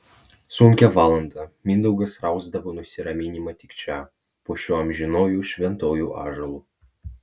sunkią valandą mindaugas rasdavo nusiraminimą tik čia po šiuo amžinuoju šventuoju ąžuolu